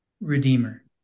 Redeemer